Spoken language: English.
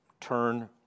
turn